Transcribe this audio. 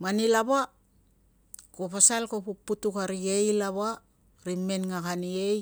Mani lava ko pasal ko puputuk a ri ei lava, ri men ngakan i ei,